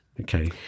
Okay